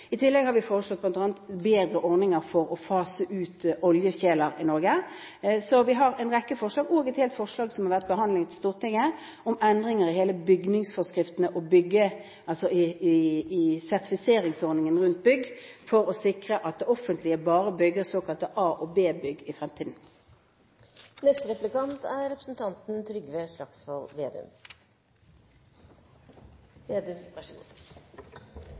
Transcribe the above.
I tillegg har vi bl.a. foreslått bedre ordninger for å fase ut oljekjeler i Norge. Så vi har en rekke forslag. Vi har også et forslag som har vært behandlet i Stortinget, om endringer i bygningsforskriftene, i sertifiseringsordningene for bygg, for å sikre at det offentlige bare bygger såkalte A- og B-bygg i fremtiden. Mener representanten